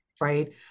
right